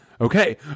okay